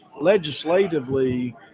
legislatively